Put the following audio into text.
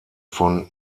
von